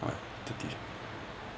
what thirty